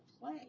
play